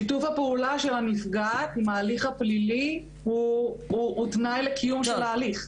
שיתוף הפעולה של הנפגעת עם ההליך הפלילי הוא תנאי לקיום של ההליך.